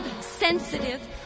sensitive